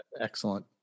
excellent